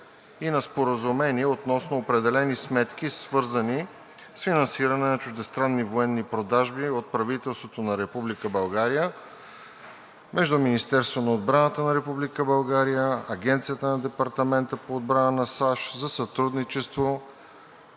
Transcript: и на Споразумение относно определени сметки, свързани с финансиране на чуждестранни военни продажби от правителството на Република България между Министерството на отбраната на Република България, Агенцията на Департамента по отбрана на САЩ за сътрудничество